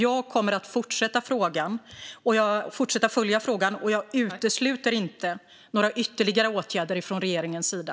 Jag kommer dock att fortsätta följa frågan, och jag utesluter inte några ytterligare åtgärder från regeringens sida.